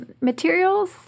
materials